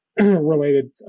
related